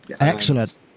excellent